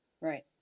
Right